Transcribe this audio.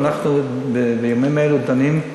ואנחנו בימים אלה דנים,